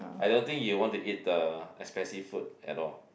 I don't think you want to eat the expensive food at all